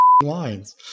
lines